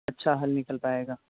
اچھا حل نکل پائے گا